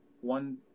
one